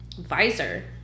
visor